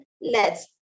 lets